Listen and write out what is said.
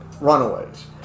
runaways